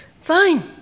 Fine